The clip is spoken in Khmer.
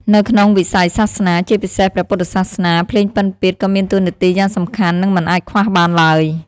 នៅក្នុងវិស័យសាសនា ជាពិសេសព្រះពុទ្ធសាសនា ភ្លេងពិណពាទ្យក៏មានតួនាទីយ៉ាងសំខាន់ និងមិនអាចខ្វះបានឡើយ។